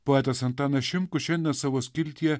poetas antanas šimkus šiandien savo skiltyje